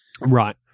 Right